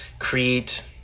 Create